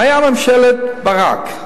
היתה ממשלת ברק,